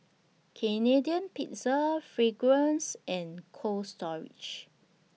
Canadian Pizza Fragrance and Cold Storage